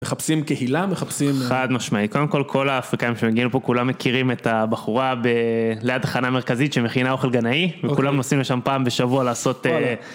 מחפשים קהילה, מחפשים... חד משמעי, קודם כל, כל האפריקאים שמגיעים פה, כולם מכירים את הבחורה ב... ליד התחנה המרכזית שמכינה אוכל גנאי, וכולם נוסעים לשם פעם בשבוע לעשות...